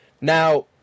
Now